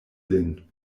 lin